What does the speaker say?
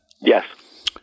Yes